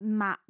ma